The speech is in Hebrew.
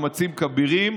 מאמצים כבירים,